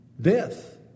death